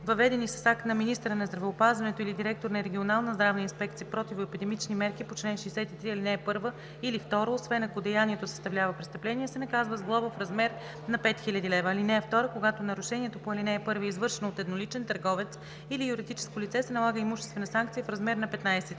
въведени с акт на министъра на здравеопазването или директор на регионална здравна инспекция противоепидемични мерки по чл. 63, ал. 1 или 2, освен ако деянието съставлява престъпление, се наказва с глоба в размер на 5000 лв. (2) Когато нарушението по ал. 1 е извършено от едноличен търговец или юридическо лице, се налага имуществена санкция в размер на 15 000 лв.